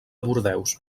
bordeus